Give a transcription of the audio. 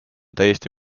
täiesti